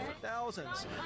Thousands